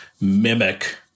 mimic